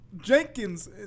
Jenkins